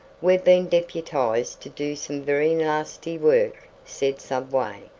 we've been deputized to do some very nasty work, said subway,